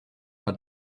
are